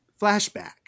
Flashback